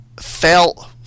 felt